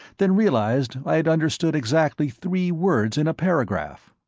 then realized i had understood exactly three words in a paragraph.